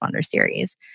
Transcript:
series